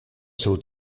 seu